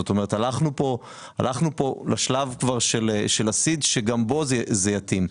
זאת אומרת הלכנו פה לשלב כבר של הסיד שגם בו זה יתאים,